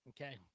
Okay